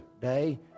day